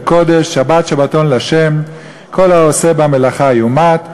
קדש שבת שבתון לה' כל העֹשה בו מלאכה יומת.